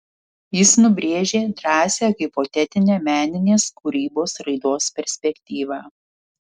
jis nubrėžė drąsią hipotetinę meninės kūrybos raidos perspektyvą